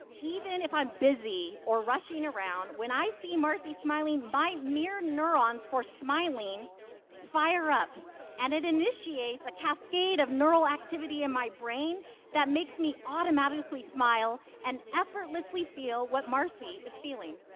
even if i'm busy or rushing around, when i see marcy smiling, my mirror neurons for smiling fire up and it initiates initiates a cascade of neural activity in my brain that makes me automatically smile and effortlessly feel what marcy is feeling.